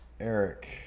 Eric